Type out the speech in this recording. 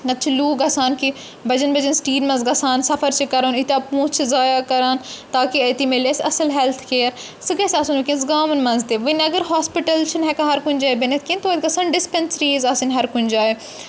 نَتہٕ چھِ لوٗکھ گژھان کہِ بَجن بَجَن سِٹیَن منٛز گژھان سَفر چھِ کَرُن ییٖتیٛاہ پونٛسہٕ چھِ ضایہَ کَران تاکہِ أتی میلہِ اَسہِ اَصٕل ہیٚلتھ کیر سُہ گژھِ آسُن وٕنکیٚس گامَن مَنٛز تہِ وٕنہِ اگر ہاسپِٹَل چھِنہٕ ہیٚکان ہَر کُنہِ جایہِ بٔنِتھ کینٛہہ توتہِ گژھَن ڈِسپیٚنسریٖز آسٕنۍ ہَر کُنہِ جایہِ